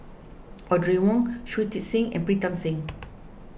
Audrey Wong Shui Tit Sing and Pritam Singh